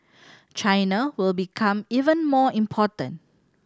China will become even more important